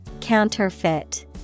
Counterfeit